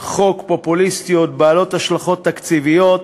חוק פופוליסטיות בעלות השלכות תקציביות